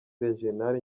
regional